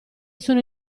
sono